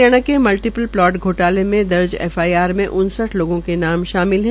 हरियाणा के multiple plot घोटाले में दर्ज एफआईआर में उनसठ लोगों के नाम शामिल है